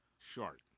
short